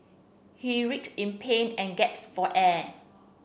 he writhed in pain and gasped for air